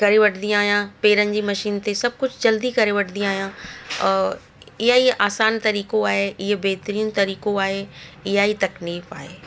करे वठंदी आहियां पेरनि जी मशीन ते सभु कुझु जल्दी करे वठंदी आहियां औरि इहा ई आसान तरीक़ो आहे इहे बहितरीन तरीक़ो आहे इहा ई तकनीक आहे